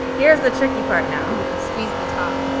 here's the tricky part now. squeeze the top.